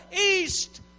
east